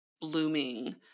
blooming